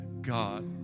God